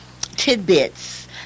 tidbits